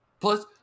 Plus